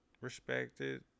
respected